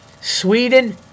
Sweden